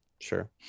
Sure